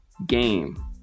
game